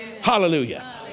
Hallelujah